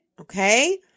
okay